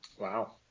Wow